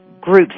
groups